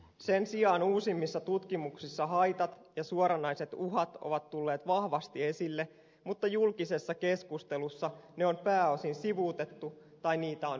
sen sijaan uusimmissa tutkimuksissa haitat ja suoranaiset uhat ovat tulleet vahvasti esille mutta julkisessa keskustelussa ne on pääosin sivuutettu tai niitä on vähätelty